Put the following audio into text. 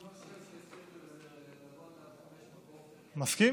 אני לא חושב שצריך לעבוד עד 05:00. מסכים.